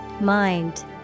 Mind